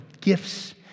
gifts